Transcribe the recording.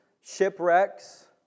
shipwrecks